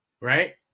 right